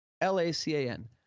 L-A-C-A-N